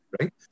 right